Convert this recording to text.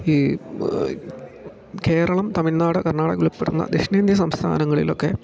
ഈ കേരളം തമിഴ്നാട് കർണാടക ഉൾപ്പെടുന ദക്ഷിണേന്ത്യൻ സംസ്ഥാനങ്ങളിലൊക്കെ